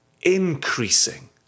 increasing